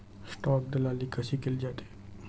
Stock दलाली कशी केली जाते?